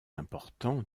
important